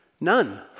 None